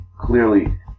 clearly